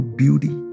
beauty